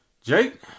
Jake